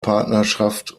partnerschaft